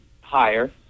higher